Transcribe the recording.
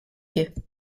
you